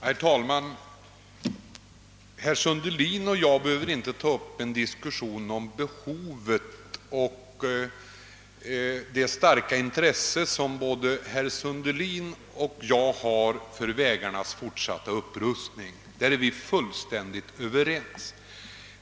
Herr talman! Herr Sundelin och jag behöver inte diskutera behovet av vägarnas fortsatta upprustning och det starka intresse som både han och jag hyser för denna fråga. Därvidlag är vi fullständigt överens.